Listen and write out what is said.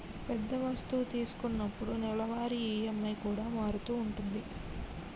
పెద్ద వస్తువు తీసుకున్నప్పుడు నెలవారీ ఈ.ఎం.ఐ కూడా మారుతూ ఉంటది